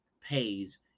pays